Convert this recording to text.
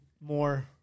more